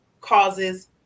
causes